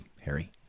Harry